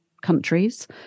countries